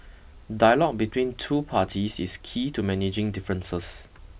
dialogue between two parties is key to managing differences